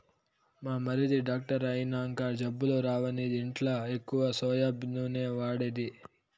మా మరిది డాక్టర్ అయినంక జబ్బులు రావని ఇంట్ల ఎక్కువ సోయా నూనె వాడేది